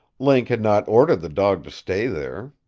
link had not ordered the dog to stay there.